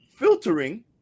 filtering